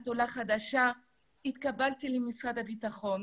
את עולה חדשה אבל התקבלתי למשרד הביטחון.